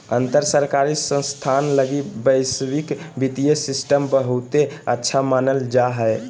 अंतर सरकारी संस्थान लगी वैश्विक वित्तीय सिस्टम बहुते अच्छा मानल जा हय